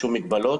שום מגבלות.